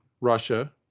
Russia